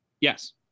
yes